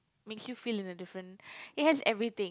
makes you feel in a different it has everything